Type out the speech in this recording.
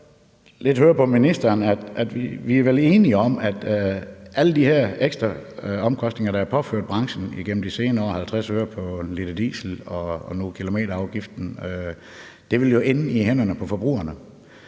vi vel er enige om, at alle de her ekstra omkostninger, der er blevet påført branchen igennem de senere år – 50 øre pr. l diesel og nu kilometerafgiften – vil ende hos forbrugerne.